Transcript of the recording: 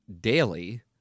daily